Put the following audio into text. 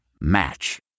Match